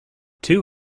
two